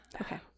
Okay